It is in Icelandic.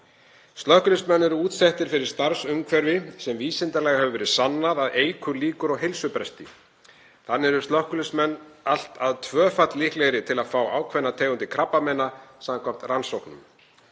Slökkviliðsmenn eru útsettir fyrir starfsumhverfi sem vísindalega hefur verið sannað að eykur líkur á heilsubresti. Þannig eru slökkviliðsmenn allt að tvöfalt líklegri til að fá ákveðnar tegundir krabbameina samkvæmt rannsóknum.